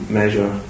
measure